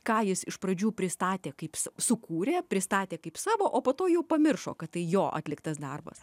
ką jis iš pradžių pristatė kaip sukūrė pristatė kaip savo o po to jau pamiršo kad tai jo atliktas darbas